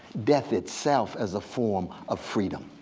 death itself as a form of freedom,